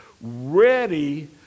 ready